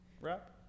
wrap